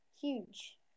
huge